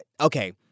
okay